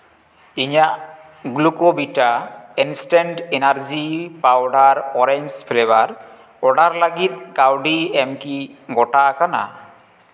ᱤᱧᱟᱹᱜ Glucovita instant energy powder orange flavour order ᱞᱟᱹᱜᱤᱫ ᱠᱟᱹᱣᱰᱤ ᱮᱢ ᱠᱤ ᱜᱚᱴᱟᱣᱟᱠᱟᱱᱟ